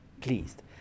pleased